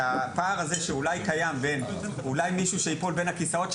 את הפער הזה שאולי קיים בין אולי מישהו שייפול בין הכיסאות,